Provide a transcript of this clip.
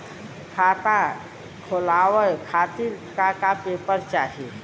खाता खोलवाव खातिर का का पेपर चाही?